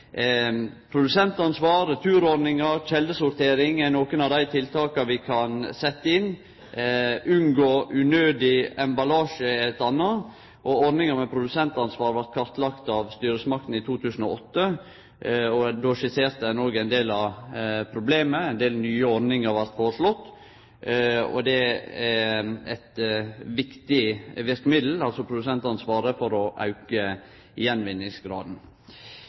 Produsentansvar, returordningar og kjeldesortering er nokre av dei tiltaka vi kan setje inn, å unngå unødig emballasje er eit anna. Ordninga med produsentansvar blei kartlagd av styresmaktene i 2008, og då skisserte ein også ein del av problemet, og ein del nye ordningar blei foreslåtte. Det er eit viktig verkemiddel, altså produsentansvaret, for å auke gjenvinningsgraden.